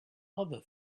other